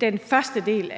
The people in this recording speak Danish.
den første del,